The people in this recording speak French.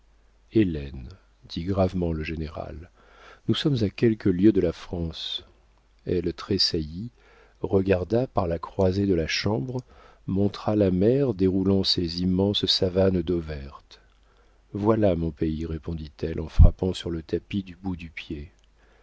dit gravement le général nous sommes à quelques lieues de la france elle tressaillit regarda par la croisée de la chambre montra la mer déroulant ses immenses savanes d'eau verte voilà mon pays répondit-elle en frappant sur le tapis du bout du pied